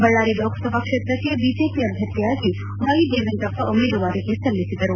ಬಳ್ಳಾರಿ ಲೋಕಸಭಾ ಕ್ಷೇತ್ರಕ್ಕೆ ಬಿಜೆಪಿ ಅಭ್ಯರ್ಥಿಯಾಗಿ ವೈದೇವೇಂದ್ರಪ್ಪ ಉಮೇದುವಾರಿಕೆ ಸಲ್ಲಿಸಿದರು